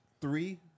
three